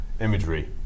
imagery